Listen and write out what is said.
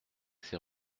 ses